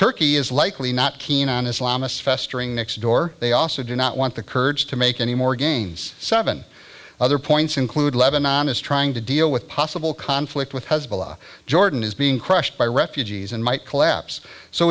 turkey is likely not keen on islamists festering next door they also do not want the kurds to make any more gains seven other points include levanon is trying to deal with possible conflict with hezbollah jordan is being crushed by refugees and might collapse so